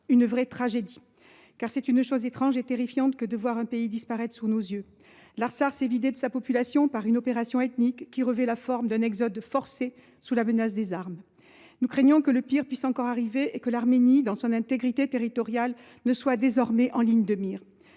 Une vraie tragédie ! Car c’est une chose étrange et terrifiante que de voir un pays disparaître sous nos yeux. L’Artsakh s’est vidé de sa population par une opération ethnique qui revêt la forme d’un exode forcé sous la menace des armes. Nous craignons que le pire puisse encore arriver et que l’Arménie, dans son intégrité territoriale, soit désormais en ligne de mire.